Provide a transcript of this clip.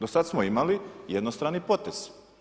Dosad smo imali jednostrani potez.